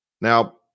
Now